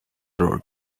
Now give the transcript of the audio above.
road